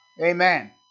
Amen